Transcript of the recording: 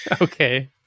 Okay